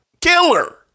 killer